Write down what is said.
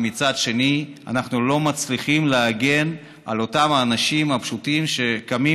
ומצד שני אנחנו לא מצליחים להגן על אותם האנשים הפשוטים שקמים